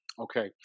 okay